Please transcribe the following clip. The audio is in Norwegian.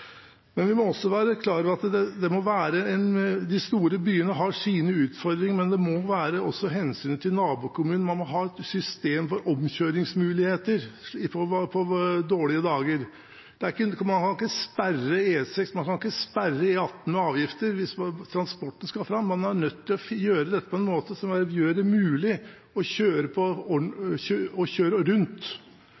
må også være klar over at de store byene har sine utfordringer, men man må også ta hensyn til nabokommunen, man må ha et system for omkjøringsmuligheter på dårlige dager. Man kan ikke sperre E6 og E18 med avgifter hvis transporten skal fram. Man er nødt til å gjøre dette på en måte som gjør det mulig å kjøre rundt. Hvis man ikke har det in mente, vil man presse problemene ut på